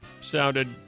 sounded